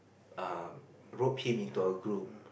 um rope him into our group